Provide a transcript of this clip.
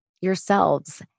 yourselves